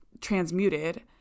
transmuted